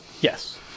Yes